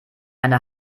eine